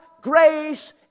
grace